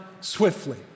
swiftly